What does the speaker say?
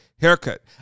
haircut